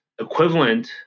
equivalent